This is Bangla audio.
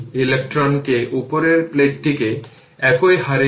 সুতরাং এটি v t এটি 10 থেকে পাওয়ার 6